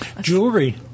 Jewelry